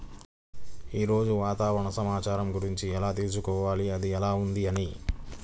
ఈరోజు వాతావరణ సమాచారం గురించి ఎలా తెలుసుకోవాలి అది ఎలా ఉంది అని?